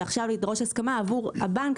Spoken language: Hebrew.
ועכשיו לדרוש הסכמה עבור הבנק,